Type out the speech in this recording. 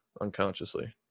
unconsciously